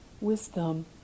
wisdom